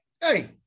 Hey